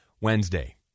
Wednesday